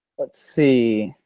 let's see,